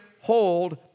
hold